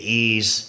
ease